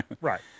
Right